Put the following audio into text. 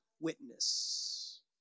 witness